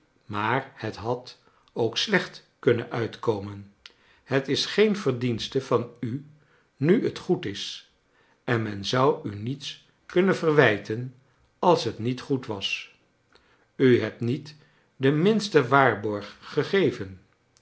maar het had ook slecht kunnen uitkomen het is geen verdienste van u nu het goed is en men zou u niets kunnen verwijten als het niet goed was u hebt met de minste waarborg gegeven